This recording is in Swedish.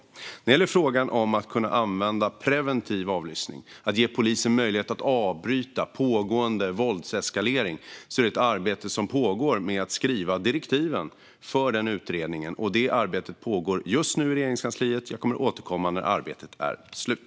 När det gäller frågan om att kunna använda preventiv avlyssning och ge polisen möjlighet att avbryta pågående våldseskalering pågår det just nu ett arbete i Regeringskansliet med att skriva direktiven för utredningen. Jag kommer att återkomma när det arbetet är slut.